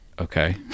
Okay